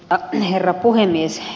arvoisa herra puhemies